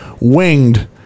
winged